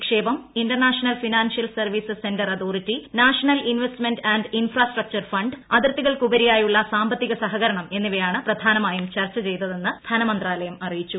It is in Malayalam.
നിക്ഷേപം international financial services centre authority national investment and infrastructure അതിർത്തികൾക്കുപരിയായുള്ള ഫണ്ട് സാമ്പത്തിക സഹകരണം എന്നിവയാണ് പ്രധാനമായും ചർച്ച ചെയ്തതെന്ന് ധനമന്ത്രാലയം അറിയിച്ചു